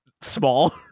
small